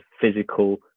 physical